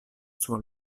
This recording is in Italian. sua